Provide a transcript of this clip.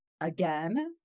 Again